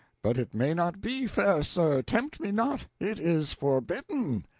but it may not be, fair sir, tempt me not it is forbidden.